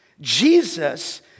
Jesus